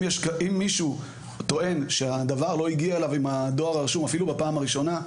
אם מישהו טוען שהדוור לא הגיע אליו עם הדואר הרשום אפילו בפעם הראשונה,